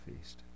feast